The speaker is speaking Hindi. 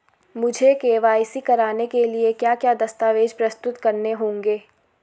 मुझे के.वाई.सी कराने के लिए क्या क्या दस्तावेज़ प्रस्तुत करने होंगे?